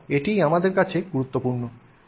এবং এটিই আমাদের কাছে গুরুত্বপূর্ণ